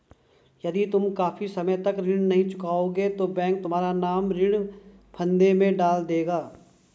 यदि तुम काफी समय तक ऋण नहीं चुकाओगे तो बैंक तुम्हारा नाम ऋण फंदे में डाल देगा